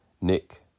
Nick